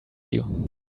you